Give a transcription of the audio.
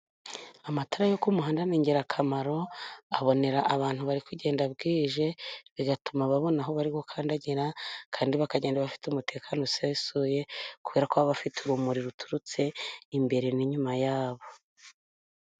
Amatara yo ku muhanda ni ingirakamaro, abonera abantu bari kugenda bwije, bigatuma babona aho bari gukandagira, kandi bakagenda bafite umutekano usesuye, kubera ko baba bafite urumuri ruturutse imbere n'inyuma yabo.